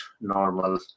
normal